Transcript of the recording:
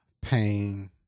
pain